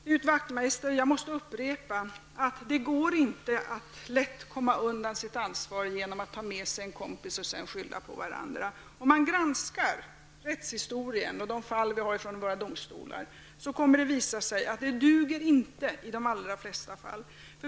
Herr talman! Jag måste upprepa, Knut Wachtmeister, att det inte går så lätt att komma undan sitt ansvar genom att ta med sig en kompis och sedan skylla på varandra. Om man granskar rättshistorien och de fall vi har från våra domstolar, visar det sig att det inte duger i de allra flesta fall.